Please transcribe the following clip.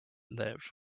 live